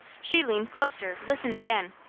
she leaned closer, listening again,